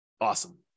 Awesome